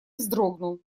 вздрогнул